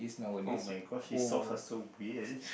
oh-my-gosh his socks are so weird